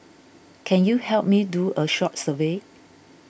can you help me do a short survey